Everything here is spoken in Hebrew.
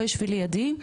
בואי שבי לידי,